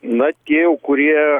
na tie kurie